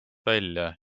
välja